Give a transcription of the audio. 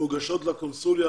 שמוגשות לקונסוליה,